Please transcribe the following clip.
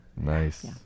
Nice